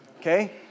Okay